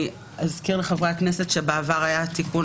אזכיר לחברי הכנסת שבעבר היה תיקון